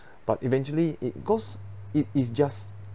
but eventually it goes it is just